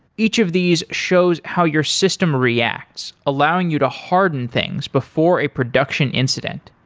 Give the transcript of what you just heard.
each of these shows how your system reacts allowing you to harden things before a production incident.